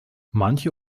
manche